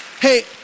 Hey